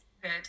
good